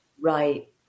Right